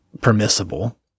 permissible